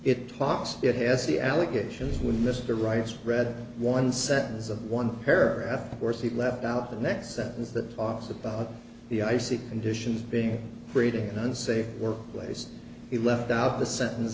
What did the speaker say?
talks it has the allegations when mr right spread one sentence of one paragraph or see left out the next sentence that talks about the icy conditions being creating an unsafe work place he left out the sentence